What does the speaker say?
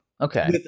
okay